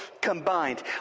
combined